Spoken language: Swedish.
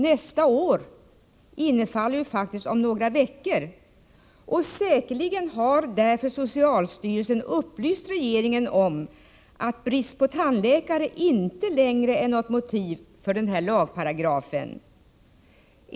Nästa år infaller ju faktiskt om några veckor. Säkerligen har socialstyrelsen därför upplyst regeringen om att brist på tandläkare inte längre är något motiv för denna lagparagraf.